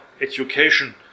education